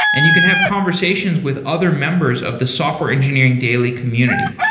and you can have conversations with other members of the software engineering daily community.